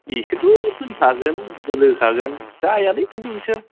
बिसोरथ' होनखागोन बोलो होखागोन जायालै खिन्थु बिसोर